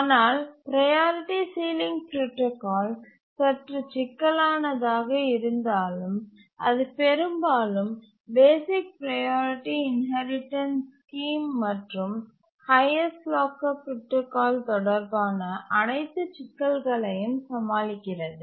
ஆனால் priority ceiling protocol சற்று சிக்கலானதாக இருந்தாலும் இது பெரும்பாலும் பேசிக் ப்ரையாரிட்டி இன்ஹெரிடன்ஸ் ஸ்கீம் மற்றும் ஹைஎஸ்ட் லாக்கர் புரோடாகால் தொடர்பான அனைத்து சிக்கல்களையும் சமாளிக்கிறது